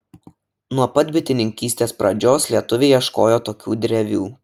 nuo pat bitininkystės pradžios lietuviai ieškojo tokių drevių